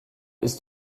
ist